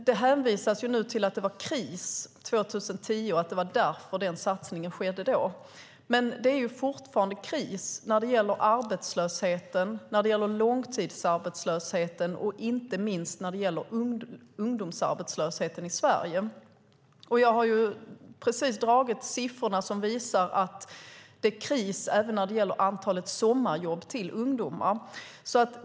Det hänvisas nu till att det var kris 2010 och att det var därför satsningen skedde då. Men det är fortfarande kris när det gäller arbetslösheten, långtidsarbetslösheten och inte minst ungdomsarbetslösheten i Sverige. Jag har precis föredragit siffrorna som visar att det är kris även när det gäller antalet sommarjobb till ungdomar.